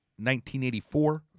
1984